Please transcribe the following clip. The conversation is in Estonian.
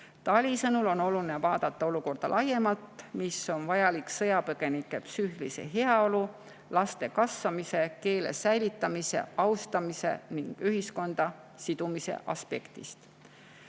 Tali sõnul on oluline vaadata olukorda laiemalt, vaadata seda, mis on vajalik sõjapõgenike psüühilise heaolu, laste kasvamise, keele säilitamise, austamise ning ühiskonda sidumise aspektist.